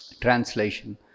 Translation